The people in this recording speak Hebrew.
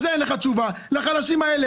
על זה אין לך תשובה, לחלשים האלה.